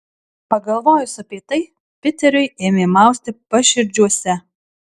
pagalvojus apie tai piteriui ėmė mausti paširdžiuose